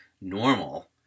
normal